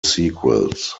sequels